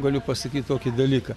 galiu pasakyt tokį dalyką